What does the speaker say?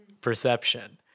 perception